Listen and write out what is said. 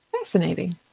Fascinating